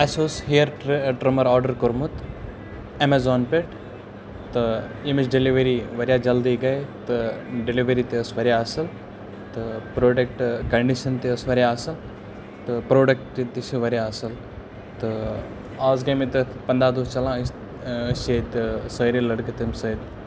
اَسہِ اوس ہیر ٹِرٛ ٹِرٛمَر آرڈر کوٚرمُت اٮ۪مَزان پٮ۪ٹھ تہٕ ییٚمِچ ڈٮ۪لؤری واریاہ جلدی گٔیے تہٕ ڈلِؤری تہِ ٲس واریاہ اَصٕل تہٕ پرٛوٚڈَکٹ کَنڈِشَن تہِ ٲس واریاہ تہٕ پرٛوٚڈَکٹ تہِ چھِ واریاہ اَصٕل تہٕ آز گٔیے مےٚ تَتھ پںٛداہ دۄہ چَلان أسۍ أسۍ چھِ ییٚتہِ سٲری لٔڑکہٕ تَمہِ سۭتۍ